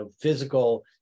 physical